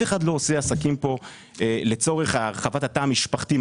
אחד לא עושה עסקים פה לצורך הרחבת התא המשפחתי,